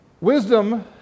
Wisdom